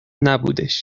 نبودش